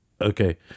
okay